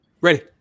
Ready